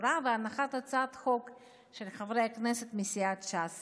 התורה והנחת הצעת חוק של חברי הכנסת מסיעת ש"ס